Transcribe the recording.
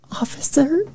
Officer